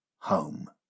home